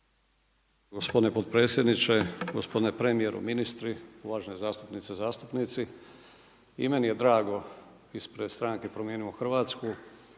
Gospodine potpredsjedniče, gospodine premijeru, ministri, uvažene zastupnice i zastupnici. I meni je drago ispred stranke „Promijenimo Hrvatsku“